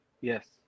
Yes